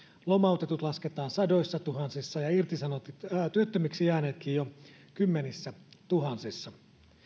lomautetut lasketaan sadoissatuhansissa ja työttömiksi jääneetkin jo kymmenissätuhansissa